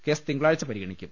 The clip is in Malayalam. കേസ് തിങ്കളാഴ്ച പരിഗണിക്കും